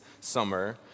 summer